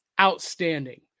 outstanding